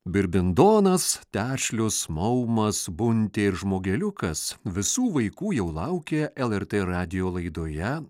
birbindonas tešlius maumas buntė ir žmogeliukas visų vaikų jau laukė lrt radijo laidoje